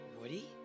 Woody